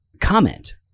comment